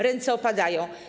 Ręce opadają.